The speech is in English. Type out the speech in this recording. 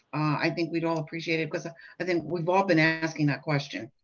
i think we'd all appreciate it, because ah i think we've all been asking that question.